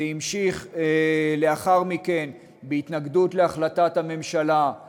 זה המשיך לאחר מכן בהתנגדות להחלטת הממשלה על